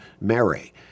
Mary